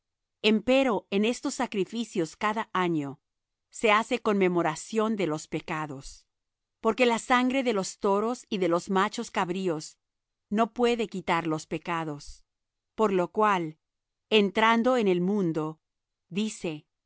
pecado empero en estos sacrificios cada año se hace conmemoración de los pecados porque la sangre de los toros y de los machos cabríos no puede quitar los pecados por lo cual entrando en el mundo dice